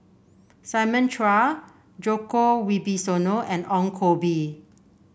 Simon Chua Djoko Wibisono and Ong Koh Bee